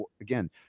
again